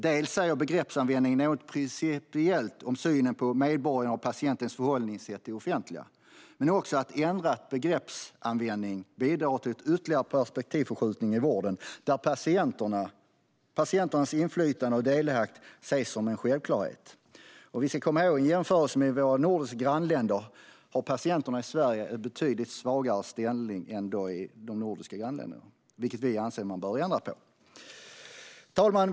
Dels säger begreppsanvändningen något principiellt om synen på medborgarens och patientens förhållande till det offentliga, dels kan en ändrad begreppsanvändning bidra till en ytterligare perspektivförskjutning i vården, så att patientens inflytande och delaktighet ses som en självklarhet. Vi ska komma ihåg att patienterna i Sverige har en betydligt svagare ställning i jämförelse med våra nordiska grannländer. Detta anser vi att man bör ändra på. Herr talman!